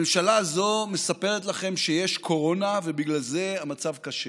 הממשלה הזו מספרת לכם שיש קורונה ובגלל זה המצב קשה.